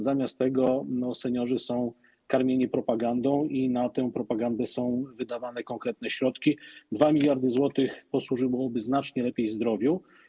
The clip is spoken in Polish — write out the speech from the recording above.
Zamiast tego seniorzy są karmieni propagandą i na tę propagandę są wydawane konkretne środki - 2 mld zł posłużyłyby znacznie lepiej zdrowiu.